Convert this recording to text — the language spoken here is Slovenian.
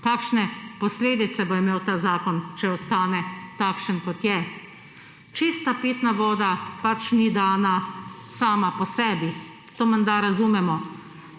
kakšne posledice bo imel ta zakon, če ostane takšen, kot je? Čista pitna voda pač ni dana sama po sebi. To menda razumemo.